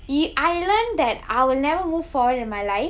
I learnt that I will never move forward in my life